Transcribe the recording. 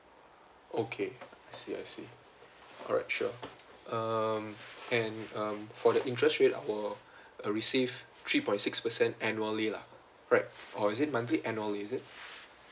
okay I see I see alright sure um and um for the interest rate I will uh receive three point six percent annually lah right or is it monthly annually is it